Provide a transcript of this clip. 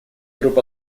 групп